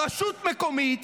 ברשות מקומית,